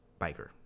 biker